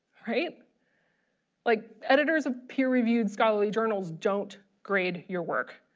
right like editors of peer-reviewed scholarly journals don't grade your work.